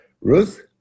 Ruth